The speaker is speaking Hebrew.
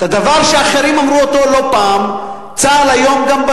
את הדבר שאחרים אמרו לא פעם: צה"ל היום,